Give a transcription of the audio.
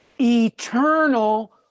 eternal